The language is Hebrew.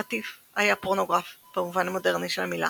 רטיף היה "פורנוגרף" במובן המודרני של המילה,